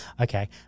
Okay